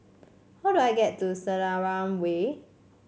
how do I get to Selarang Way